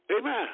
Amen